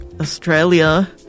Australia